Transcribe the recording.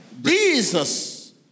Jesus